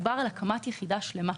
מדובר בהקמת יחידה שלמה.